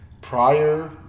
prior